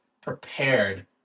prepared